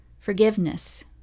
Forgiveness